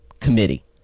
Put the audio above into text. Committee